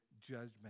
judgment